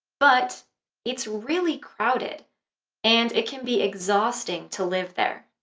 but it's really crowded and it can be exhausting to live there.